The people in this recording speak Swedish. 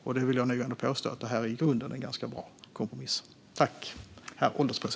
Jag vill nog påstå att detta i grunden är en ganska bra kompromiss.